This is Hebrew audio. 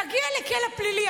תגיע לכלא פלילי,